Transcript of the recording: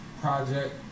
project